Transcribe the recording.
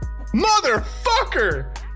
Motherfucker